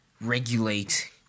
regulate